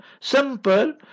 simple